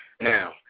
Now